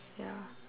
ya